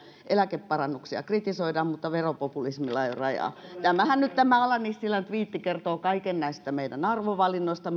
eläkeparannuksia kritisoidaan mutta veropopulismilla ei ole rajaa tämä ala nissilän tviittihän nyt kertoo kaiken näistä arvovalinnoista